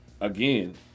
again